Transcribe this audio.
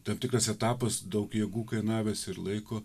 tam tikras etapas daug jėgų kainavęs ir laiko